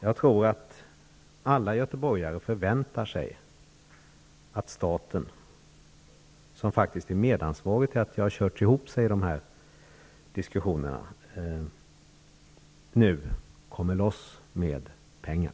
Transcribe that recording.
Jag tror att alla göteborgare förväntar sig att staten, som faktiskt är medansvarig för att det har kört ihop sig i diskussionerna, nu satsar pengar.